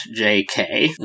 JK